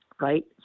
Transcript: right